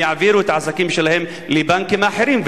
הם יעבירו את העסקים שלהם לבנקים אחרים,